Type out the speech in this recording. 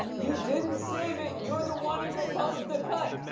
you didn't save it! you're the one who proposed the cut!